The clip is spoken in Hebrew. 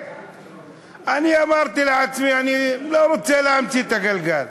אני אמרתי לעצמי: אני לא רוצה להמציא את הגלגל.